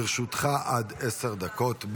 לרשותך עד עשר דקות.